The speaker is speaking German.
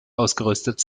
ausgerüstet